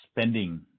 spending